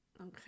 okay